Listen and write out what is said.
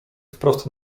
wprost